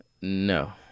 no